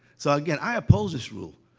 so, again, i oppose this rule.